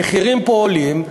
המחירים פה עולים,